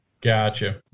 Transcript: Gotcha